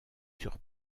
sur